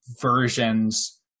versions